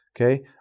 Okay